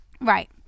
right